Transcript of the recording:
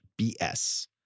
BS